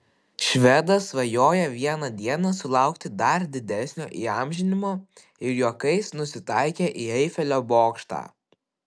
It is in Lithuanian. švedas svajoja vieną dieną sulaukti dar didesnio įamžinimo ir juokais nusitaikė į eifelio bokštą